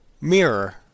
mirror